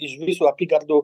iš visų apygardų